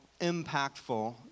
impactful